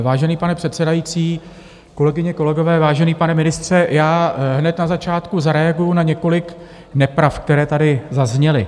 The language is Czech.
Vážený pane předsedající, kolegyně, kolegové, vážený pane ministře, já hned na začátku zareaguji na několik nepravd, které tady zazněly.